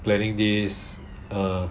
planning this err